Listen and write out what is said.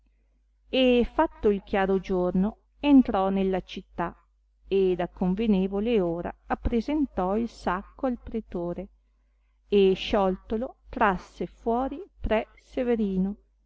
e fatto il chiaro giorno entrò nella città ed a convenevole ora appresentò il sacco al pretore e scioltolo trasse fuori pre severino